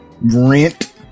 Rent